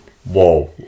whoa